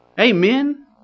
Amen